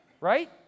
right